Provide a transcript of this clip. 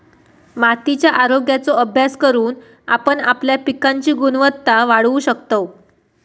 मातीच्या आरोग्याचो अभ्यास करून आपण आपल्या पिकांची गुणवत्ता वाढवू शकतव